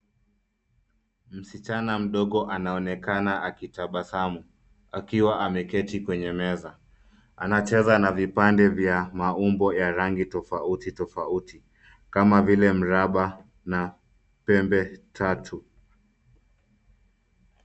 Msichana mdogo anaonekana akitabasamu, akiwa ameketi kwenye meza. Anacheza na vipande vya maumbo ya rangi tofauti tofauti, kama vile, mraba na pembe tatu.